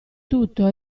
tutto